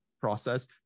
process